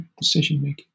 decision-making